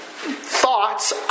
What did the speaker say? thoughts